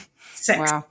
six